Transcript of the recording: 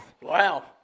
Wow